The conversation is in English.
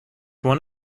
one